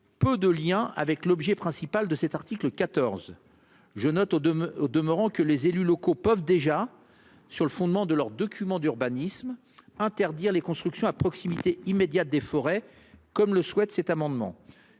peu de Liens avec l'objet principal de cet article 14. Je note de même au demeurant que les élus locaux peuvent déjà sur le fondement de leurs documents d'urbanisme. Interdire les constructions à proximité immédiate des forêts comme le souhaite cet amendement.